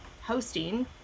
hosting